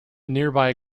nearby